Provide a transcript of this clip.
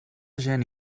gent